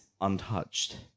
untouched